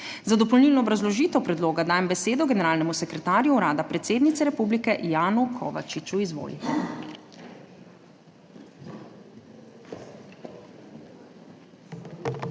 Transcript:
Za dopolnilno obrazložitev predloga dajem besedo generalnemu sekretarju Urada predsednice republike Janu Kovačiču. Izvolite.